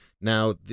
Now